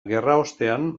gerraostean